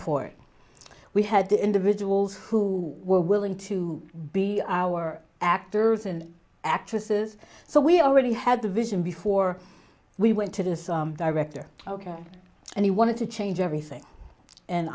for we had the individuals who were willing to be our actors and actresses so we already had the vision before we went to the director ok and he wanted to change everything and